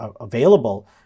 available